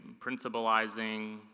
principalizing